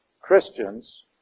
Christians